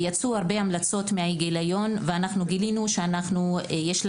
יצאו המלצות רבות מהגיליון ואנחנו גילינו שאנחנו